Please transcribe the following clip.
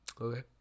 Okay